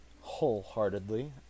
Wholeheartedly